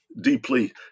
deeply